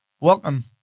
Welcome